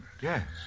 Yes